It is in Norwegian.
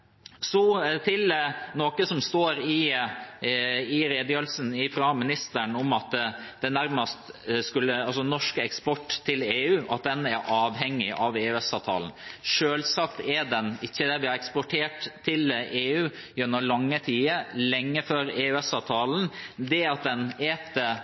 Så til noe som står i redegjørelsen fra ministeren, at norsk eksport til EU er avhengig av EØS-avtalen. Selvsagt er den ikke det, vi har eksportert til EU gjennom lange tider og lenge før